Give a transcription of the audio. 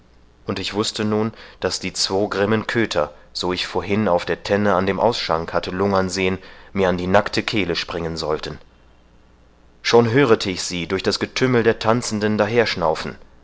und ich wußte nun daß die zwo grimmen köter so ich vorhin auf der tenne an dem ausschank hatte lungern sehen mir an die nackte kehle springen sollten schon hörete ich sie durch das getümmel der tanzenden